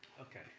okay